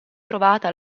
trovata